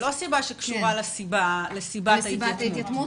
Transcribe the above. זאת אומרת, לא סיבה שקשורה לסיבת ההתייתמות.